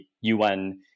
UN